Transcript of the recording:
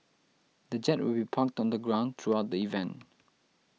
the jet will be parked on the ground throughout the event